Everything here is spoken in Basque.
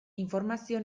informazio